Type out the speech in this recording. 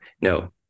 no